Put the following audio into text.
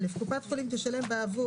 החולים שהם נשאים של חיידקים עמידים,